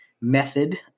method